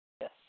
Yes